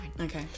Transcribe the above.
Okay